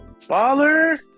Baller